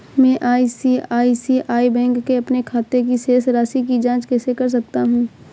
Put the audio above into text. मैं ICICI bank के अपने खाते की शेष राशि की जाँच कैसे कर सकता हूँ?